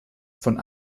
von